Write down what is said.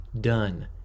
done